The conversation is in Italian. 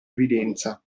evidenza